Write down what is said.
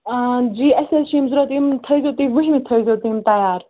آ جی اَسہِ حظ چھِ یِم ضوٚرَتھ یِم تھٲیزیٚو تُہۍ ؤہمہِ تھٲیزیٚو تُہۍ یِم تَیار